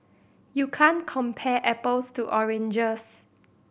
you can't compare apples to oranges